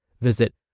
Visit